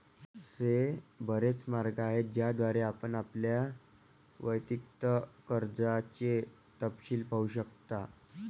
असे बरेच मार्ग आहेत ज्याद्वारे आपण आपल्या वैयक्तिक कर्जाचे तपशील पाहू शकता